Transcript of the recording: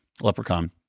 leprechaun